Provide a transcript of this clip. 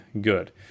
good